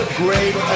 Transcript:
great